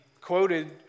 quoted